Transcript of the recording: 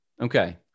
Okay